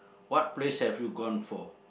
what place have you gone for